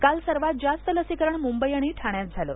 काल सर्वांत जास्त लसीकरण मुंबई आणि ठाण्यात झालं